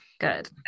Good